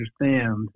understand